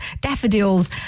daffodils